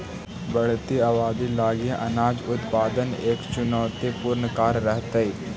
बढ़ित आबादी लगी अनाज उत्पादन एक चुनौतीपूर्ण कार्य रहेतइ